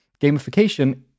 gamification